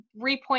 repoint